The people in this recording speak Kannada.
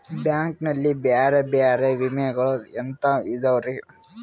ಬ್ಯಾಂಕ್ ನಲ್ಲಿ ಬೇರೆ ಬೇರೆ ವಿಮೆಗಳು ಎಂತವ್ ಇದವ್ರಿ?